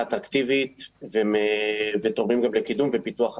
אטרקטיבית ותורמים גם לקידום ופיתוח השחקנים.